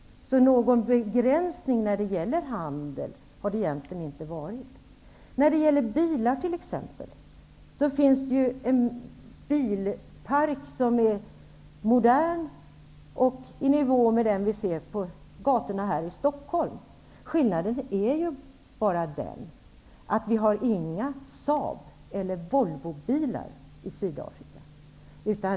Någon begränsning när det gäller handel har det alltså egentligen inte varit. Det finns en bilpark som är modern och i nivå med den vi ser på gatorna här i Stockholm. Skillnaden är bara att man inte har några Volvo eller Saab i Sydafrika.